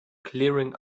clearing